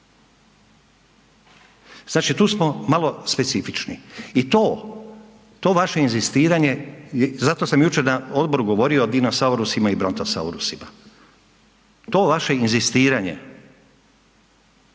Znači tu smo malo specifični. I to vaše inzistiranje, zato sam jučer na odboru govorio o dinosaurusima i brontosaurusima, to vaše inzistiranje